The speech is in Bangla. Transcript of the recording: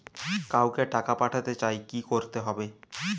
কাউকে টাকা পাঠাতে চাই কি করতে হবে?